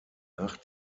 nach